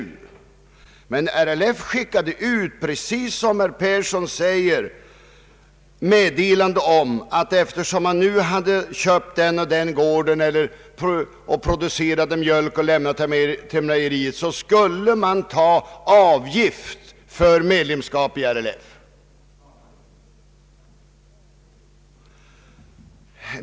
RLF skickade, precis som herr Persson säger, ut meddelande om att eftersom man nu hade köpt den eiler den gården och producerade mjölk som man lämnade till mejeriet, så skulle man betala avgift för medlemskap i RLF.